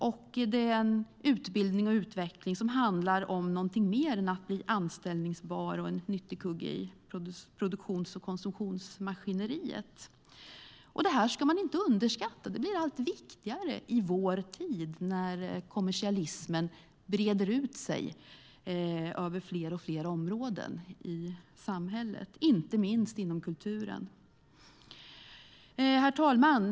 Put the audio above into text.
Det ger utbildning och utveckling och handlar om mer än att bara bli anställbar och vara en nyttig kugge i produktions och konsumtionsmaskineriet. Det här ska man inte underskatta. Det blir allt viktigare i vår tid, när kommersialismen breder ut sig över fler och fler områden i samhället, inte minst inom kulturen. Herr talman!